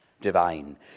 divine